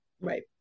Right